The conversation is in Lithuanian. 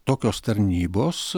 tokios tarnybos